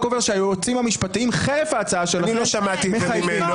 רקובר שהיועצים המשפטיים חרף ההצעה - מחייבים.